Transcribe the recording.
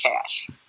cash